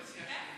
כן.